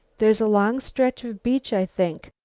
there's a long stretch of beach, i think,